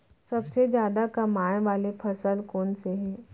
सबसे जादा कमाए वाले फसल कोन से हे?